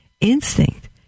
Instinct